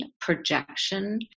projection